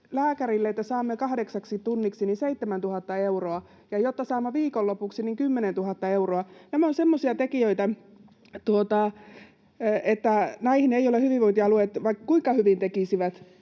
että saamme hänet kahdeksaksi tunniksi, 7 000 euroa, ja jotta saamme viikonlopuksi, 10 000 euroa. Nämä ovat semmoisia tekijöitä, että näihin eivät ole hyvinvointialueet, vaikka kuinka hyvin tekisivät,